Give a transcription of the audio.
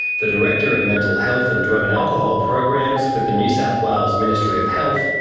the director of mental health and drug and alcohol programs with the new south wales ministry of health,